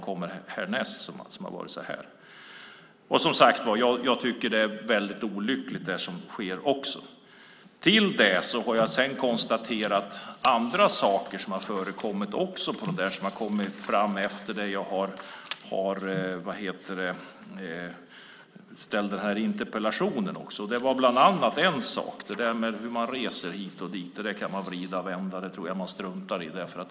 Det som sker är olyckligt. Jag har sedan konstaterat andra saker som har kommit fram efter det att jag väckte interpellationen. Det gäller bland annat hur man reser hit och dit. Det kan man vrida och vända på, men jag tror att man kan strunta i detta.